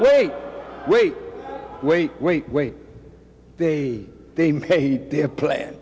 wait wait wait wait wait they they made their players